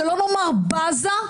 שלא לומר בזה,